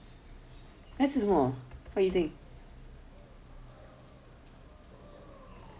那是什么